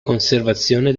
conservazione